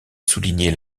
souligner